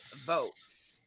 votes